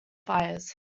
fires